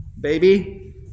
baby